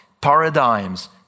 paradigms